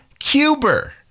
cuber